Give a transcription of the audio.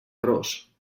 ros